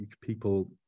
people